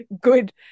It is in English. good